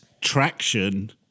traction